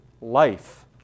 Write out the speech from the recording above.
life